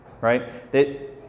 right